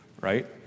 right